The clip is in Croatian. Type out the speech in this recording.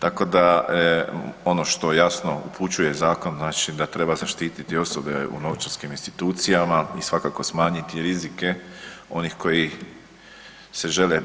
Tako da ono što jasno upućuje zakon znači da treba zaštititi osobe u novčarskim institucijama i svakako smanjiti rizike onih koji se žele